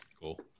cool